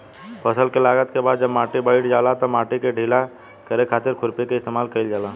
फसल के लागला के बाद जब माटी बईठ जाला तब माटी के ढीला करे खातिर खुरपी के इस्तेमाल कईल जाला